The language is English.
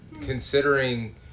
considering